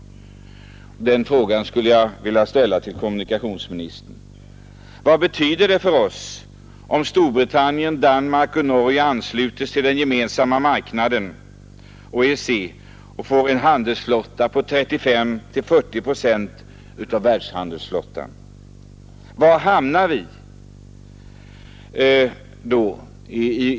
Den frågan skulle jag vilja ställa till kommunikationsministern. Vad betyder det för oss om Storbritannien, Danmark och Norge ansluter sig till den gemensamma marknaden och får en handelsflotta på 35-40 procent av världshandelsflottan? Var hamnar vi då?